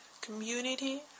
community